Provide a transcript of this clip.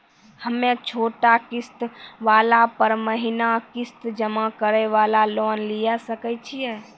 हम्मय छोटा किस्त वाला पर महीना किस्त जमा करे वाला लोन लिये सकय छियै?